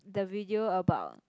the video about